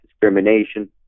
discrimination